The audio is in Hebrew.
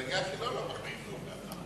במפלגה שלו לא מחמיאים לו ככה.